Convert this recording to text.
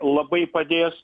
labai padės